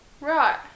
Right